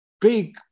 big